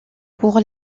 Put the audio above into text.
pour